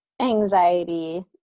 anxiety